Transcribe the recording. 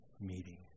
meeting